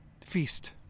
feast